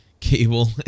cable